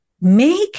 make